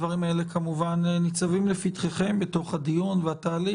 הדברים האלה ניצבים לפתחכם בתוך הדיון והתהליך.